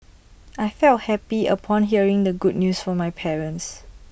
I felt happy upon hearing the good news from my parents